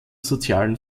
sozialen